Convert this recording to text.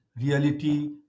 reality